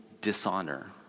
dishonor